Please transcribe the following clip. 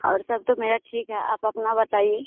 और सब तो मेरा ठीक है आप अपना बताइए